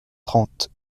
trente